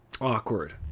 awkward